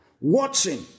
watching